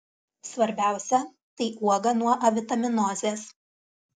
svarbiausia tai uoga nuo avitaminozės